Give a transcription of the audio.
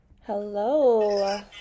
Hello